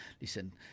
listen